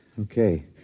Okay